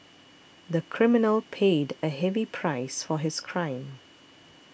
the criminal paid a heavy price for his crime